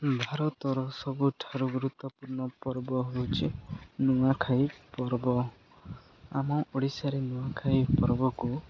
ଭାରତର ସବୁଠାରୁ ଗୁରୁତ୍ୱପୂର୍ଣ୍ଣ ପର୍ବ ହଉଛି ନୂଆଖାଇ ପର୍ବ ଆମ ଓଡ଼ିଶାରେ ନୂଆଖାଇ ପର୍ବକୁ